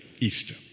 Easter